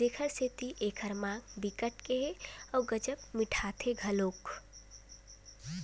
जेखर सेती एखर माग बिकट के ह अउ गजब मिटाथे घलोक